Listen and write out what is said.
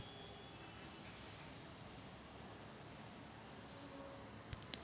मले माया घरचं इलेक्ट्रिक बिल भरलं का नाय, हे कस पायता येईन?